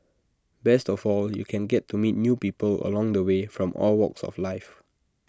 best of all you can get to meet new people along the way from all walks of life